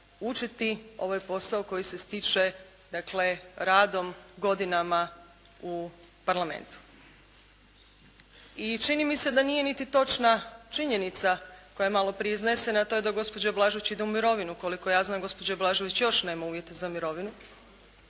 učiti. Ovo je posao koji se stiče dakle radom godinama u Parlamentu. I čini mi se da nije niti točna činjenica koja je maloprije iznesena a to je da gospođa Blažević ide u mirovinu. Koliko ja znam, gospođa Blažević još nema uvjete za mirovinu.